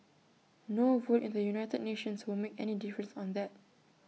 no vote in the united nations will make any difference on that